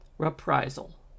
Reprisal